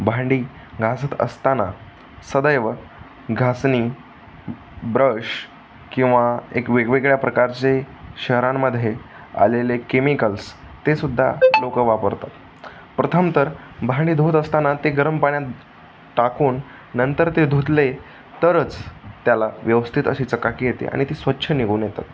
भांडी घासत असताना सदैव घासणी ब्रश किंवा एक वेगवेगळ्या प्रकारचे शहरांमध्ये आलेले केमिकल्स ते सुद्धा लोक वापरतात प्रथम तर भांडी धुत असताना ते गरम पाण्यात टाकून नंतर ते धुतले तरच त्याला व्यवस्थित अशी चकाकी येते आणि ती स्वच्छ निघून येतं